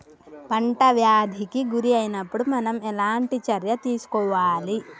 పంట వ్యాధి కి గురి అయినపుడు మనం ఎలాంటి చర్య తీసుకోవాలి?